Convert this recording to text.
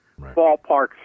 ballparks